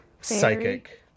psychic